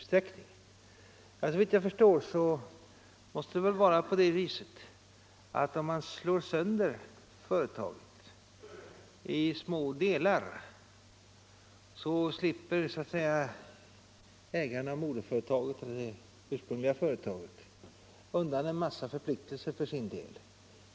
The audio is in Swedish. Såvitt jag förstår måste det vara så att om man slår sönder företagen i små delar så slipper ägaren — moderföretaget, det ursprungliga företaget — undan en massa förpliktelser.